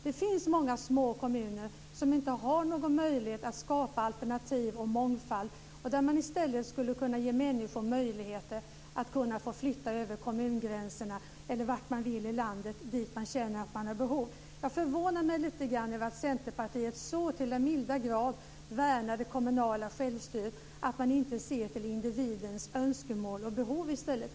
Det finns många små kommuner som inte har någon möjlighet att skapa alternativ och mångfald, där man i stället skulle kunna ge människor möjligheter att kunna få flytta över kommungränser eller vart man vill i landet dit man känner att man har behov av att flytta. Det förvånar mig lite grand att Centerpartiet så till den milda grad värnar det kommunala självstyret att man inte ser till individens önskemål och behov i stället.